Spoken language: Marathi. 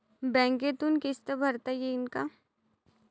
बँकेतून किस्त भरता येईन का?